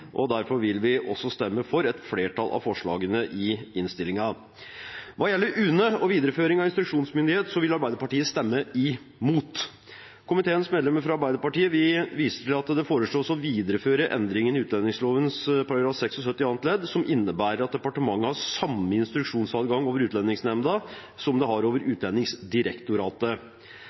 og derfor vil vi også stemme for et flertall av forslagene i innstillingen. Hva gjelder UNE og videreføringen av instruksjonsmyndigheten, vil Arbeiderpartiet stemme imot. Komiteens medlemmer fra Arbeiderpartiet viser til at det foreslås å videreføre endringene i utlendingsloven § 76 annet ledd, som innebærer at departementet har samme instruksjonsadgang overfor Utlendingsnemnda som det har overfor Utlendingsdirektoratet.